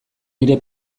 nire